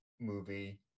movie